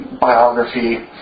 biography